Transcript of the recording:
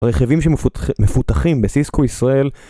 רכיבים שמפותחים בסיסקו ישראל